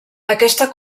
aquesta